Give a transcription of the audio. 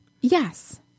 Yes